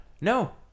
no